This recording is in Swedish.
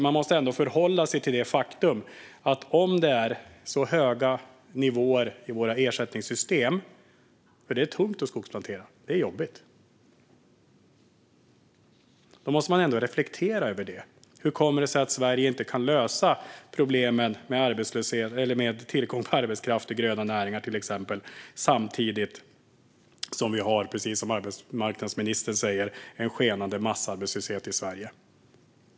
Man måste ändå förhålla sig till det faktum att det är höga nivåer i våra ersättningssystem, och det är tungt och jobbigt att skogsplantera. Då måste man reflektera över hur det kommer sig att Sverige inte kan lösa problemen med tillgång på arbetskraft i gröna näringar, till exempel, samtidigt som vi, precis som arbetsmarknadsministern säger, har en skenande massarbetslöshet i Sverige.